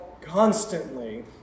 constantly